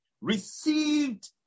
received